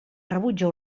rebutja